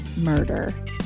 murder